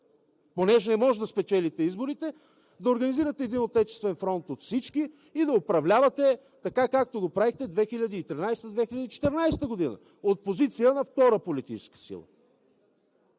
понеже не може да спечелите изборите, да организирате един отечествен фронт от всички и да управлявате, така както го правихте 2013 – 2014 г. от позиция на втора политическа сила.